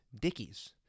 dickies